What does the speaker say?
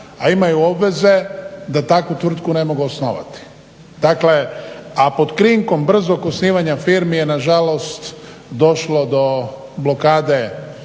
a imaju obveze da takvu tvrtku ne mogu osnovati, a pod krinkom brzog osnivanja firmi je nažalost došlo do blokade